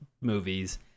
movies